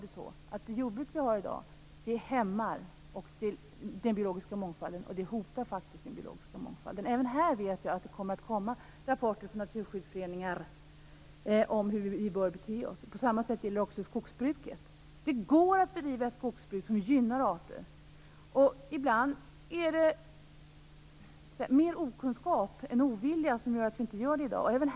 Det jordbruk vi har i dag hämmar och hotar den biologiska mångfalden. Även här vet jag att det kommer att komma rapporter från naturskyddsföreningar om hur vi bör bete oss. Detsamma gäller för skogsbruket. Det går att bedriva ett skogsbruk som gynnar arter. Ibland är det mer okunskap än ovilja som gör att vi inte gör det i dag.